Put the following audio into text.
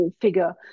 figure